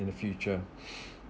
in the future